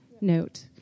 note